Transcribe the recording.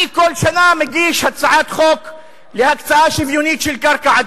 אני כל שנה מגיש הצעת חוק להקצאה שוויונית של קרקע,